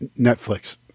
netflix